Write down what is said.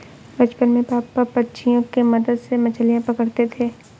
बचपन में पापा पंछियों के मदद से मछलियां पकड़ते थे